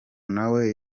nawe